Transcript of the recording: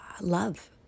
love